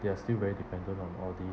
they are still very dependent on all the~